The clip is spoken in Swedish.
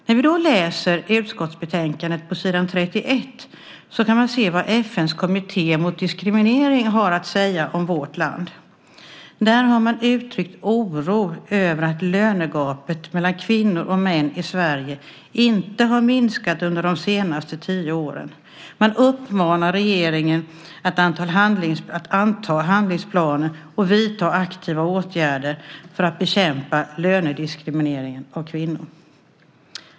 När vi då läser utskottsbetänkandet på s. 31 kan vi se vad FN:s kommitté mot diskriminering har att säga om vårt land. Där har man uttryckt oro över att lönegapet mellan kvinnor och män i Sverige inte har minskat under de senaste tio åren. Man uppmanar regeringen att anta handlingsplaner och vidta aktiva åtgärder för att bekämpa lönediskriminering av kvinnor.